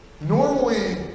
Normally